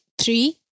three